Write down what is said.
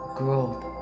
growth